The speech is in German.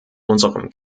unserem